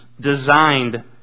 designed